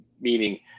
Meaning